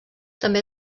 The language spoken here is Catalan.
també